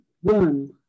one